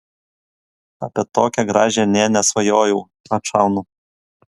apie tokią gražią nė nesvajojau atšaunu